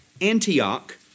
Antioch